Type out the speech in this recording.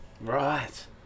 Right